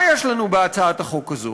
מה יש לנו בהצעת החוק הזאת?